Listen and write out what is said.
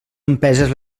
empeses